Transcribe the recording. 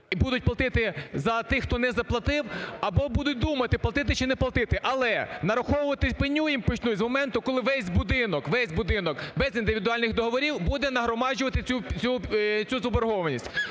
будуть платити за тих, хто не заплатив, або будуть думати: платити чи не платити. Але нараховувати пеню їм почнуть з моменту, коли весь будинок, весь будинок без індивідуальних договорів буде нагромаджувати цю заборгованість.